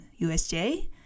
usj